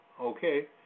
Okay